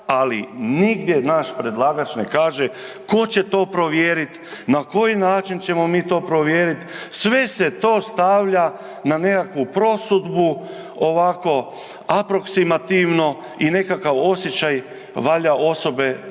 ali nigdje naš predlagač ne kaže tko će to provjerit, na koji način ćemo mi to provjeriti, sve se to stavlja na nekakvu prosudbu ovako aproksimativno i nekakav osjećaj valjda osobe